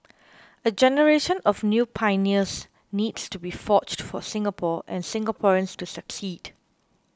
a generation of new pioneers needs to be forged for Singapore and Singaporeans to succeed